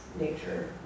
nature